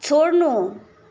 छोड्नु